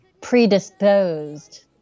predisposed